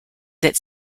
that